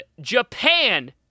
Japan